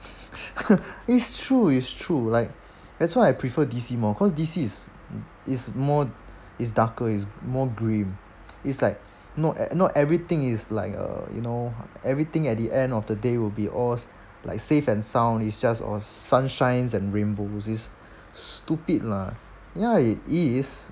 it's true it's true like that's why I prefer D_C more cause D_C is more is darker is more grim is like not e~ not everything is like a you know everything at the end of the day will be oars like safe and sound is just or sunshines and rainbow it's stupid lah ya it is